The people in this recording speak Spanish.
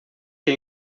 que